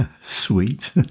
Sweet